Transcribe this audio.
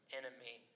enemy